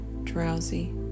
Drowsy